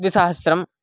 द्विसहस्रम्